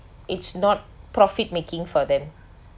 it's not profit making for them